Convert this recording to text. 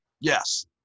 Yes